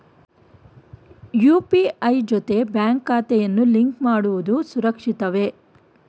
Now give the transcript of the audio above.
UPI ಜೊತೆಗೆ bank ಖಾತೆಯನ್ನು link ಮಾಡುವುದು ಸುರಕ್ಷಿತವೇ?